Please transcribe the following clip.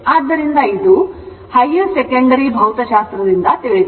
ಆದ್ದರಿಂದ ಇದು higher secondary ಭೌತಶಾಸ್ತ್ರದಿಂದ ತಿಳಿದಿದೆ